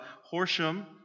Horsham